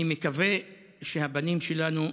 אני מקווה שהבנים שלנו,